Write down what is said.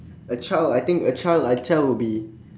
a child I think a child a child would be